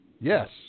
Yes